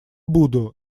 буду